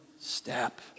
step